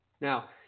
Now